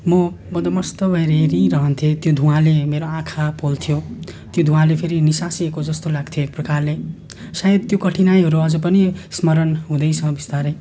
म म त मस्त भएर हेरिरहन्थेँ धुवाले मेरो आँखा पोल्थ्यो त्यो धुवाले फेरि निस्सासिएको जस्तो लाग्थ्यो एक प्रकारले सायद त्यो कठिनाइहरू अझै पनि स्मरण हुँदैछ बिस्तारै